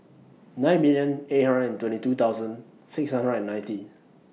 nine million eight hundred and twenty two thousand six hundred and ninety